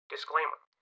disclaimer